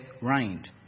reigned